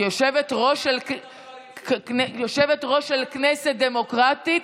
כיושבת-ראש של כנסת דמוקרטית,